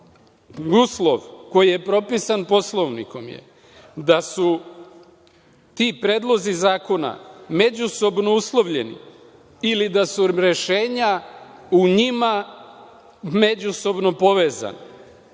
Uslov koji je propisan Poslovnikom je da su ti predlozi zakona međusobno uslovljeni ili da su rešenja u njima međusobno povezana.